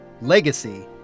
Legacy